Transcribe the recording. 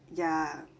ya